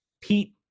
Pete